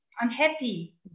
unhappy